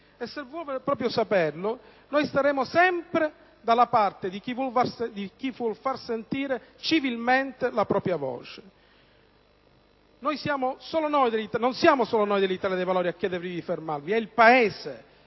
Se vuole saperlo, noi staremo sempre dalla parte di chi vuol far sentire civilmente la propria voce. Non siamo solo noi dell'Italia dei Valori a chiedervi di fermarvi, ma è il Paese